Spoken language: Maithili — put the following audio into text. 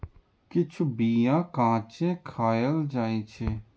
किछु बीया कांचे खाएल जाइ छै